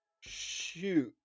shoot